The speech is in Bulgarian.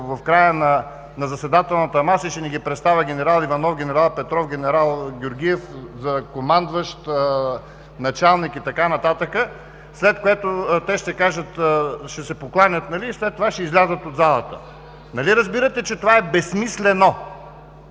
в края на заседателната маса и ще ни ги представя – ген. Иванов, ген. Петров, ген. Георгиев за командващ, началник и така нататък. След което те ще се покланят и след това ще излязат от залата. Нали разбирате, че това е безсмислено?